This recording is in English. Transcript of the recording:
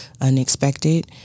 unexpected